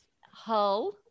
hull